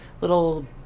little